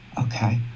okay